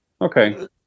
Okay